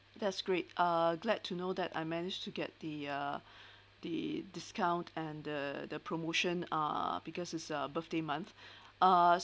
that's great uh glad to know that I managed to get the uh the discount and the the promotion uh because it's a birthday month uh